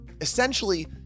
Essentially